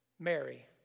Mary